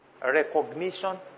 recognition